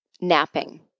napping